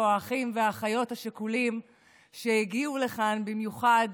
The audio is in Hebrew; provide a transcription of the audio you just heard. אחים ואחיות שכולים שהגיעו לפה במיוחד